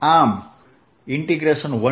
આમ 12 E